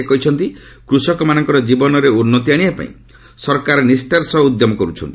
ସେ କହିଛନ୍ତି କୃଷକମାନଙ୍କର ଜୀବନରେ ଉନ୍ନତି ଆଣିବା ପାଇଁ ସରକାର ନିଷ୍ଠାର ସହ ଉଦ୍ୟମ କରୁଛନ୍ତି